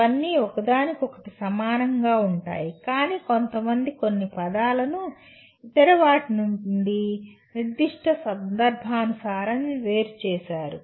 ఇవన్నీ ఒకదానికొకటి సమానంగా ఉంటాయి కానీ కొంతమంది కొన్ని పదాలను ఇతర వాటి నుండి నిర్దిష్ట సందర్భానుసారం వేరుచేశారు